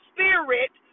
Spirit